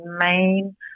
main